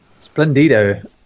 Splendido